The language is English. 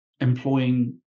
employing